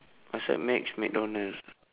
outside nex McDonald